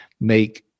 make